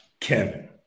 Kevin